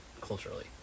culturally